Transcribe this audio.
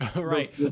Right